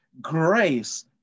Grace